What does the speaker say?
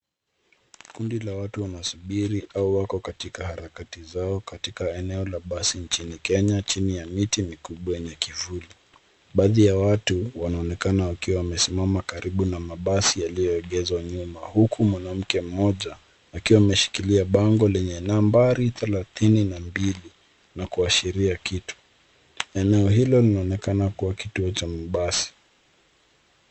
Kundi la watu wanasubiri au wako katika harakati zao katika eneo la basi nchini Kenya chini ya miti mikubwa yenye kivuli. Baadhi ya watu wanaonekana wakiwa wamesimama karibu na mabasi yaliyoegeshwa nyuma huku mwanamke mmoja akiwa ameshikilia bango lenye nambari thelathini na mbilina kuashiria kitu. Eneo hilo linaonekana kuwa kituo cha mabasi.